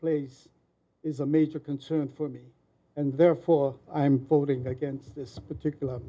place is a major concern for me and therefore i'm voting against this particular